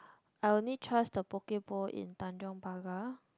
I only trust the Poke-Bowl in Tanjong Pagar